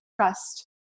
trust